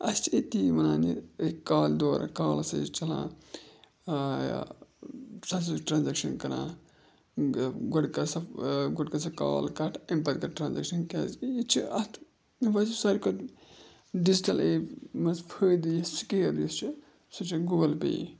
اَسہِ چھِ أتی وَنان یہِ أکۍ کالہِ دوران کال ہَسا چھِ چَلان ژٕ ہَسا چھُکھ ٹرٛانزیکشَن کَران گۄڈٕ کَر سۄ گۄڈٕ کٔر سۄ کال کَٹ اَمہِ پَتہٕ کَر ٹرٛانزیکشَن کیٛازِکہِ یہِ تہِ چھِ اَتھ وۄنۍ یُس ساروی کھۄتہٕ ڈِجٹَل ایپ منٛز فٲیدٕ یُس سُکیر یُس چھِ سۄ چھِ گوٗگٕل پے یی